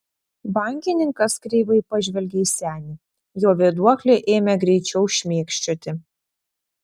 bankininkas kreivai pažvelgė į senį jo vėduoklė ėmė greičiau šmėkščioti